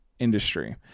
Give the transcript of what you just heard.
Industry